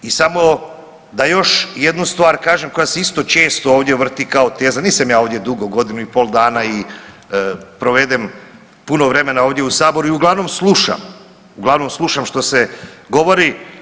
I samo da još jednu stvar kažem koja se isto često ovdje vrti kao teza, nisam ja ovdje dugo 1,5 godinu i provedem puno vremena ovdje u Saboru i uglavnom slušam, uglavnom slušam što se govori.